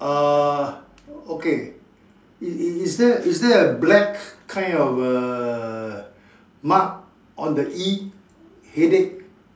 uh okay is is is there is there a black kind of a err mark on the E headache